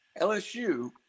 LSU